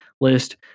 list